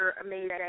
amazing